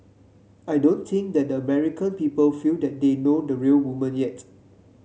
I don't think that the American people feel that they know the real woman yet